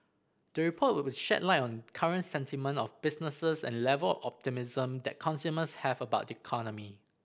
the report will shed light on current sentiment of businesses and level optimism that consumers have about the economy